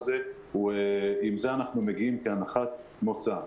ועם זה אנחנו מגיעים כהנחת מוצא.